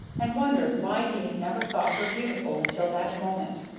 and wondered why he had never thought her beautiful until that moment.